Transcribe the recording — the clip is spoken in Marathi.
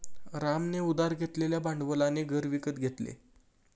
रामने उधार घेतलेल्या भांडवलाने घर विकत घेतले